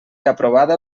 aprovada